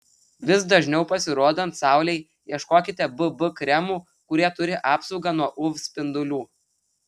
vis dažniau pasirodant saulei ieškokite bb kremų kurie turi apsaugą nuo uv spindulių